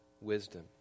wisdom